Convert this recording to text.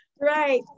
Right